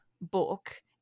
book